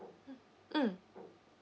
mm